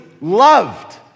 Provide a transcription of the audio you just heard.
loved